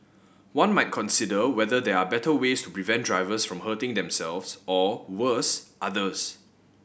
one might consider whether there are better ways to prevent drivers from hurting themselves or worse others